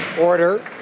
Order